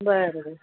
बरोबर